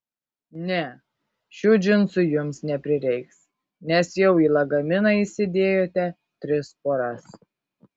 ne šių džinsų jums neprireiks nes jau į lagaminą įsidėjote tris poras